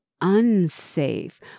unsafe